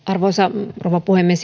arvoisa rouva puhemies